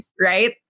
Right